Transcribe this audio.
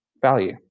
value